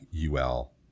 UL